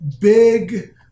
big